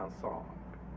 song